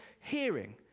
hearing